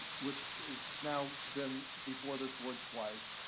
which has now been before this board twice.